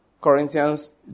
Corinthians